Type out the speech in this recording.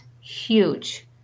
huge